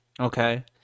Okay